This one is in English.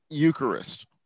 Eucharist